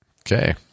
Okay